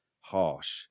harsh